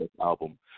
album